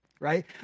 right